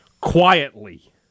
quietly